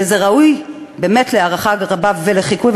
וזה ראוי להערכה רבה ולחיקוי.